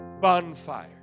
bonfire